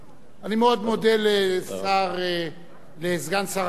אני מאוד מודה לסגן שר החינוך,